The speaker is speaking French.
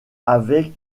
avec